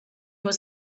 was